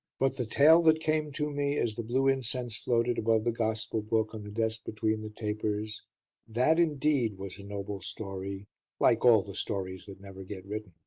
but the tale that came to me as the blue incense floated above the gospel book on the desk between the tapers that indeed was a noble story like all the stories that never get written.